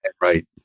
right